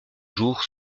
jour